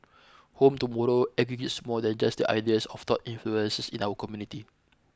Home Tomorrow aggregates more than just the ideas of thought influences in our community